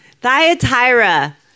Thyatira